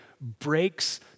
breaks